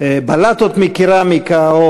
בכמה ועדות הכנסת התקיימו דיונים,